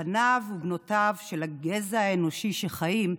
בניו ובנותיו של הגזע האנושי שחיים,